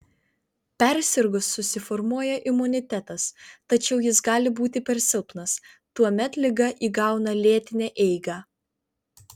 persirgus susiformuoja imunitetas tačiau jis gali būti per silpnas tuomet liga įgauna lėtinę eigą